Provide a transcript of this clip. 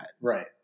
Right